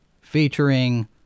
featuring